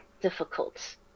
difficult